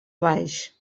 baix